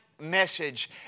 message